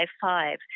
five